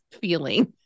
feeling